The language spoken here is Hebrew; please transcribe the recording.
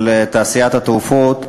של תעשיית התרופות,